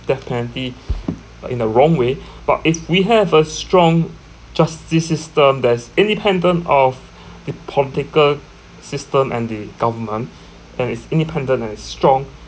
death penalty but in the wrong way but if we have a strong justice system that's independent of the political system and the government and it's independent and strong